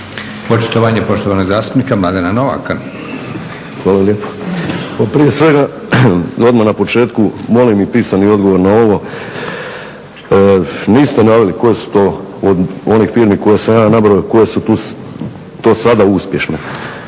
(Hrvatski laburisti - Stranka rada)** Hvala lijepo. Pa prije svega da odmah na početku molim i pisani odgovor na ovo. Niste naveli koje su to od onih firmi koje sam ja nabrojao koje su to do sada uspješne.